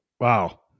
wow